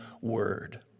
word